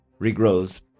regrows